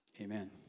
Amen